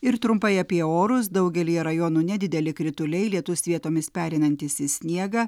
ir trumpai apie orus daugelyje rajonų nedideli krituliai lietus vietomis pereinantis į sniegą